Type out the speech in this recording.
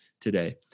today